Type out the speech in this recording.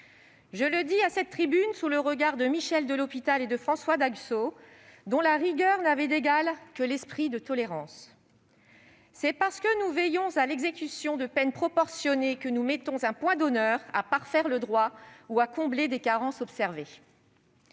Je le dis à cette tribune, sous le regard de Michel de L'Hospital et de Henri François d'Aguesseau, dont la rigueur n'avait d'égal que l'esprit de tolérance. C'est parce que nous veillons à l'exécution de peines proportionnées que nous mettons un point d'honneur à parfaire le droit ou à combler des carences observées.